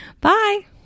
Bye